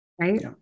right